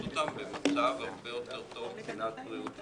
אותם במצב הרבה יותר טוב מבחינת בריאות הציבור.